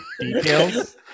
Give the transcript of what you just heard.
details